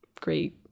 great